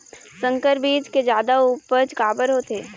संकर बीज के जादा उपज काबर होथे?